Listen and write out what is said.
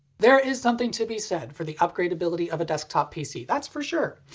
there is something to be said for the upgradability of a desktop pc. that's for sure.